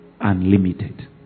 Unlimited